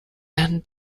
denn